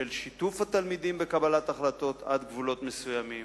של שיתוף התלמידים בקבלת החלטות עד גבולות מסוימים.